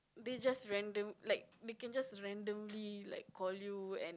they just random like they can just randomly like call you and